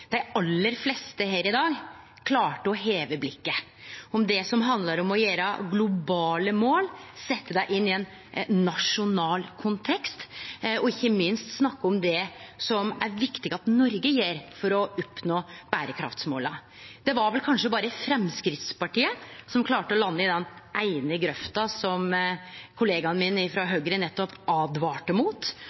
dei aller fleste her i dag klarte å heve blikket om det som handlar om å setje globale mål inn i ein nasjonal kontekst, og ikkje minst snakke om det som det er viktig at Noreg gjer for å oppnå bærekraftsmåla. Det var vel berre Framstegspartiet som klarte å lande i den eine grøfta som kollegaen min frå Høgre nettopp